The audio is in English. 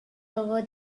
over